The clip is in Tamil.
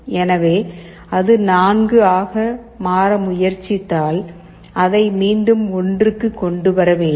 எனவே அது 4 ஆக மாற முயற்சித்தால் அதை மீண்டும் 1 க்கு கொண்டு வர வேண்டும்